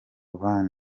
van